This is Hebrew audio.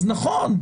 אז נכון,